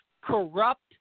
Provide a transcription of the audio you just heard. corrupt